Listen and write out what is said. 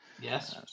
Yes